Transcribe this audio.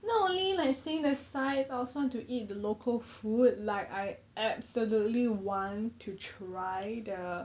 not only like seeing the sights I also want to eat the local food like I absolutely want to try the